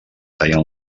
tallen